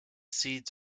seeds